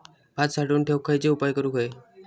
भात साठवून ठेवूक खयचे उपाय करूक व्हये?